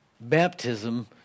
baptism